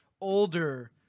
older